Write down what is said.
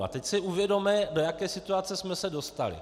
A teď si uvědomme, do jaké situace jsme se dostali.